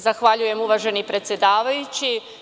Zahvaljujem uvaženi predsedavajući.